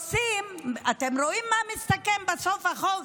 אתם רואים במה מסתכם בסוף החוק?